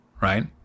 right